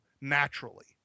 naturally